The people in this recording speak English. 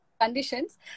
conditions